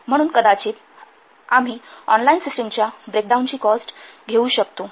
म्हणून कदाचित आम्ही ऑनलाईन सिस्टिमच्या च्या ब्रेकडाउनची कॉस्ट घेऊ शकतो